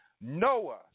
Noah